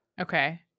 Okay